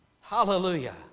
Hallelujah